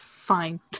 Fine